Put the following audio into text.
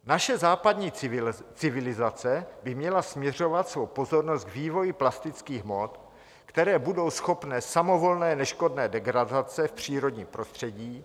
Naše západní civilizace by měla směřovat svou pozornost k vývoji plastických hmot, které budou schopny samovolné neškodné degradace v přírodním prostředí.